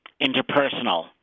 interpersonal